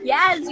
Yes